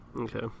Okay